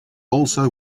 also